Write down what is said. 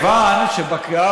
פעם אחת אני בא אל עצמי בטענות.